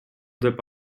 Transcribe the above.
деп